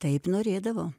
taip norėdavo